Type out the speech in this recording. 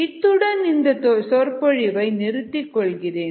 இத்துடன் இந்த சொற்பொழிவை நிறுத்திக் கொள்கிறேன்